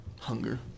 Hunger